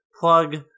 plug